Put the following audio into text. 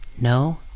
No